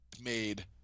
made